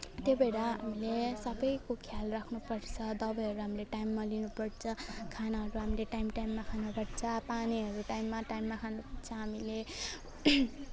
त्यही भएर हामीले सबैको ख्याल राख्नुपर्छ दबाईहरू हामीले टाइममा लिनुपर्छ खानाहरू हामीले टाइम टाइममा खानुपर्छ पानीहरू टाइममा टाइममा खानुपर्छ हामीले